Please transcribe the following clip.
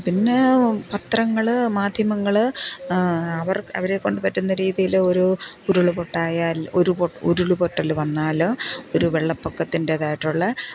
പിന്നെ പത്രങ്ങൾ മാധ്യമങ്ങൾ അവർ അവരെക്കൊണ്ട് പറ്റുന്ന രീതിയിൽ ഓരോ ഉരുളുപൊട്ടലായാലും ഉരുളുപൊട്ടൽ വന്നാലും ഒരു വെള്ളപ്പൊക്കത്തിൻ്റേതായിട്ടുള്ള